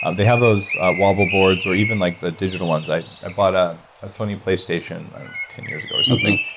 and they have those wobble boards, or even like the digital ones. i i bought a sony playstation ten years ago or something,